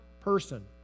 person